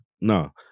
No